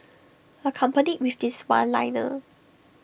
accompanied with this one liner